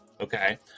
okay